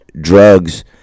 drugs